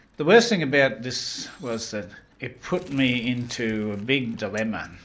the worst thing about this was that it put me into a big dilemma.